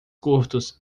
curtos